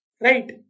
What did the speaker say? right